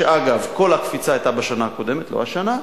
ואגב, כל הקפיצה היתה בשנה הקודמת, לא השנה,